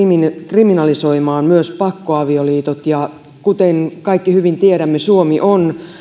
kriminalisoimaan myös pakkoavioliitot ja kuten kaikki hyvin tiedämme suomi on